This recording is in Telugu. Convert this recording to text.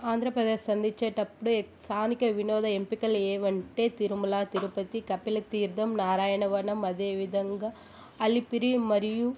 ఆంధ్రప్రదేశ్ అందించేటప్పుడు స్థానిక వినోద ఎంపికలు ఏవంటే తిరుమల తిరుపతి కపిల్ తీర్థం నారాయణవనం అదేవిధంగా అలిపిరి మరియు